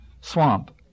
swamp